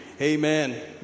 Amen